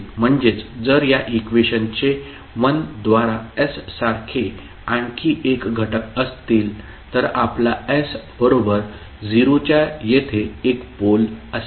म्हणजेच जर या इक्वेशनचे 1 द्वारा s सारखे आणखी एक घटक असतील तर आपला s बरोबर 0 च्या येथे एक पोल असेल